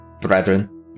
brethren